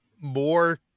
more